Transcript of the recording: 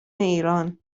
ایران